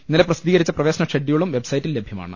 ഇന്നലെ പ്രസിദ്ധീകരിച്ച പ്രവേശന ഷെഡ്യൂളും വെബ്സൈറ്റിൽ ലഭ്യമാണ്